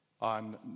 On